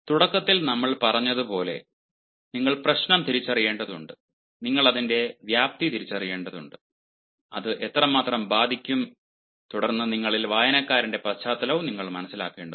തുടക്കത്തിൽ നമ്മൾ പറഞ്ഞതുപോലെ നിങ്ങൾ പ്രശ്നം തിരിച്ചറിയേണ്ടതുണ്ട് നിങ്ങൾ അതിന്റെ വ്യാപ്തി തിരിച്ചറിയേണ്ടതുണ്ട് അത് എത്രമാത്രം ബാധിക്കും തുടർന്ന് നിങ്ങളുടെ വായനക്കാരന്റെ പശ്ചാത്തലവും നിങ്ങൾ മനസിലാക്കേണ്ടതുണ്ട്